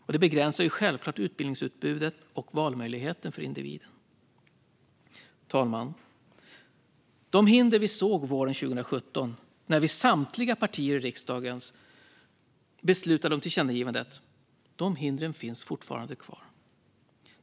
Och det begränsar självklart utbildningsutbudet och valmöjligheten för individen. Herr talman! De hinder vi såg våren 2017, när vi samtliga partier i riksdagen beslutade om tillkännagivandet, finns fortfarande kvar.